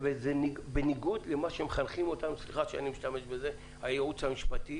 זה בניגוד למה שמחנכים אותנו סליחה שאני משתמש בזה הייעוץ המשפטי